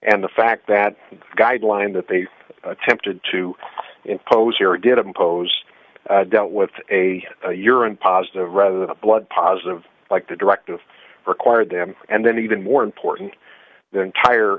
and the fact that guideline that they attempted to impose here did impose dealt with a urine positive rather than a blood positive like the directive required them and then even more important than tire